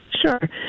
Sure